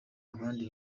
abandi